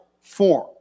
form